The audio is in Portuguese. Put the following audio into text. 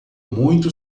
muito